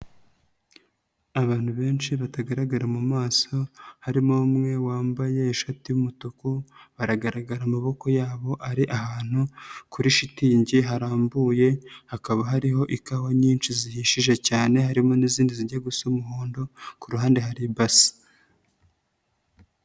Abantu benshi batagaragara mu maso, harimo umwe wambaye ishati y'umutuku, baragaragara amaboko yabo ari ahantu kuri shitingi harambuye, hakaba hariho ikawa nyinshi zihishije cyane, harimo n'izindi zijya gusa umuhondo, ku ruhande hari ibasi.